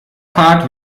fahrt